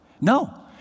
no